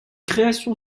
création